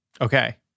Okay